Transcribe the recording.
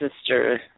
sister